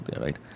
right